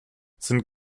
sind